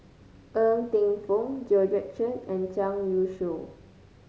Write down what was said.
Ng Teng Fong Georgette Chen and Zhang Youshuo